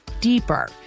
deeper